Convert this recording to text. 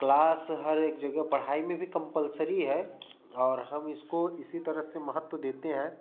class हर एक जगह पढ़ाई में भी कंपलसरी है और हम इसको इसी तरह से महत्व देते हैं